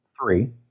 three